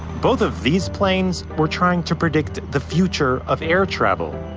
both of these planes were trying to predict the future of air travel.